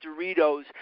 Doritos